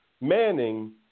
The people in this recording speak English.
Manning